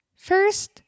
First